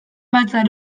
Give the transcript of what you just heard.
batzar